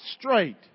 Straight